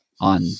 on